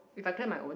if I clear my own